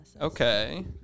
Okay